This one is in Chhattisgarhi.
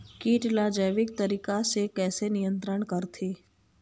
कीट ला जैविक तरीका से कैसे नियंत्रण करथे?